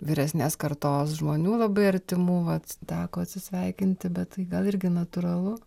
vyresnės kartos žmonių labai artimų vat teko atsisveikinti bet tai gal irgi natūralu